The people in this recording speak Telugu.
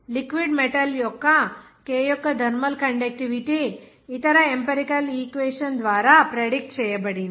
లిక్విడ్ మెటల్ యొక్క k యొక్క థర్మల్ కండక్టివిటీ ఇతర ఎంపిరికల్ ఈక్వేషన్ ద్వారా ప్రెడిక్ట్ చేయబడింది